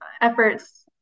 efforts